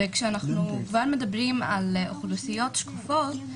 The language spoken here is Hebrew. כשאנחנו כבר מדברים על אוכלוסיות שקופות,